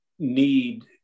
need